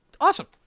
awesome